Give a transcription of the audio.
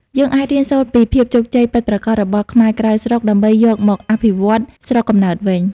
យើងអាចរៀនសូត្រពី "ភាពជោគជ័យពិតប្រាកដ" របស់ខ្មែរក្រៅស្រុក ដើម្បីយកមកអភិវឌ្ឍស្រុកកំណើតវិញ។